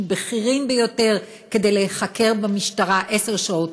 בכירים ביותר כדי להיחקר במשטרה עשר שעות,